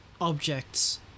objects